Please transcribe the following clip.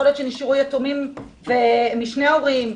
יכול להיות שנשארו יתומים משני הורים,